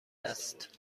است